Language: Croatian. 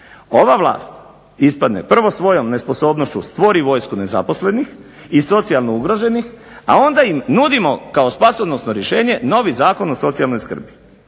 Ova vlast ispadne prvo svojom nesposobnošću stvori vojsku nezaposlenih, i socijalno ugroženih, a onda im nudimo kao spasonosno rješenje novi Zakon o socijalnoj skrbi,